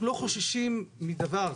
אנחנו לא חוששים מדבר.